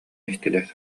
истилэр